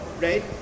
right